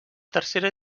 tercera